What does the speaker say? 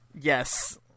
Yes